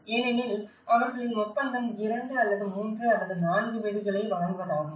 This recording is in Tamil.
ஏனெனில் அவர்களின் ஒப்பந்தம் 2 அல்லது 3 அல்லது 4 வீடுகளை வழங்குவதாகும்